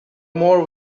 more